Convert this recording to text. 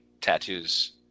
tattoos